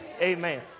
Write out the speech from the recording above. Amen